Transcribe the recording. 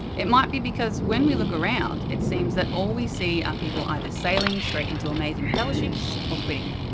it might be because when we look around, it seems that all we see are people either sailing straight into amazing fellowships or quitting.